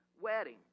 wedding